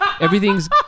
everything's